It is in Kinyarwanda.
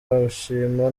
bashima